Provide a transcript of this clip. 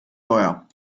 teuer